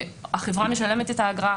החברה משלמת את האגרה,